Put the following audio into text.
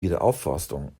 wiederaufforstung